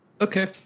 Okay